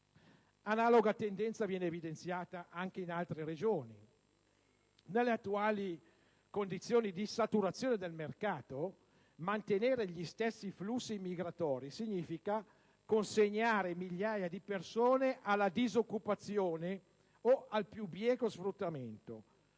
Analoga tendenza viene evidenziata anche in altre Regioni. Nelle attuali condizioni di saturazione del mercato mantenere gli stessi flussi migratori significa consegnare migliaia di persone alla disoccupazione o al più bieco sfruttamento.